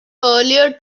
earlier